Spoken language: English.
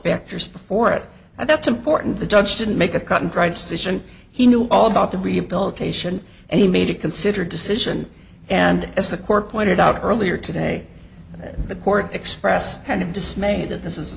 factors before it and that's important the judge didn't make a cut and dried decision he knew all about the rehabilitation and he made a considered decision and as the court pointed out earlier today the court expressed kind of dismay that this is a